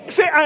Say